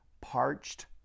parched